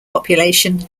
population